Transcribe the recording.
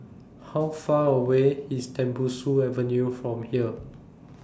How Far away IS Tembusu Avenue from here